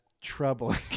troubling